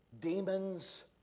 demons